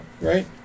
Right